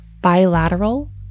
bilateral